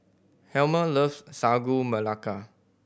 Helmer loves Sagu Melaka